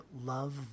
love